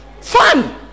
Fun